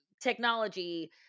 technology